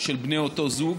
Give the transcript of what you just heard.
של בני אותו זוג.